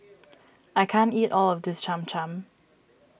I can't eat all of this Cham Cham